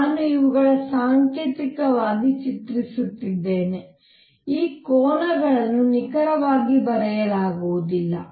ನಾನು ಇವುಗಳನ್ನು ಸಾಂಕೇತಿಕವಾಗಿ ಚಿತ್ರಿಸುತ್ತಿದ್ದೇನೆ ಈ ಕೋನಗಳನ್ನು ನಿಖರವಾಗಿ ಬರೆಯಲಾಗುವುದಿಲ್ಲ